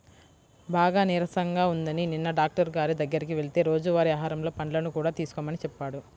బాగా నీరసంగా ఉందని నిన్న డాక్టరు గారి దగ్గరికి వెళ్తే రోజువారీ ఆహారంలో పండ్లను కూడా తీసుకోమని చెప్పాడు